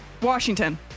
Washington